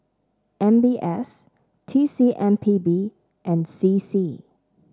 M B S T C M P B and C C